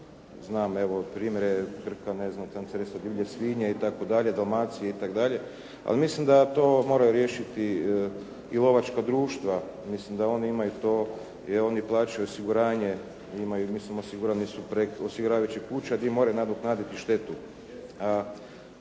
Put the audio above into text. … divlje svinje itd. domacije itd., ali mislim da to moraju riješiti i lovačka društva. Mislim da oni imaju to, jer oni plaćaju osiguranje i osigurani su preko osiguravajućih kuća gdje moraju nadoknaditi štetu.